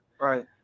Right